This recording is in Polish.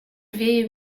wieje